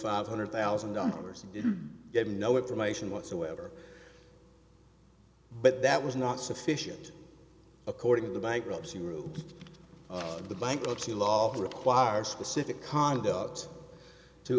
five hundred thousand dollars no information whatsoever but that was not sufficient according to the bankruptcy route of the bankruptcy law requires specific conduct t